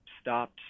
stopped